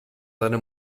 seine